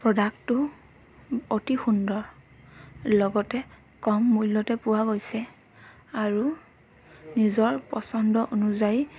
প্ৰডাক্টটো অতি সুন্দৰ লগতে কম মূল্যতে পোৱা গৈছে আৰু নিজৰ পচন্দ অনুযায়ী